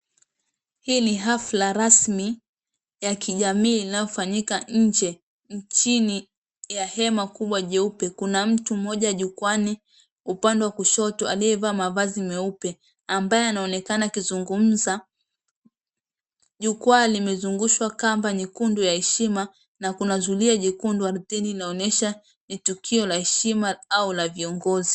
Hii ni hafla rasmi ya kijamii inayofanyika nje. Chini ya hema kubwa jeupe. Kuna mtu mmoja jukwani upande wa kushoto aliyevalia mavazi meupe ,ambaye anaonekana akizungumza. jukwaa limezungushwa kamba nyekundu ya heshima na Kuna zulia jekundu ardhini laonyeshe ni tukio la heshima au la viongozi.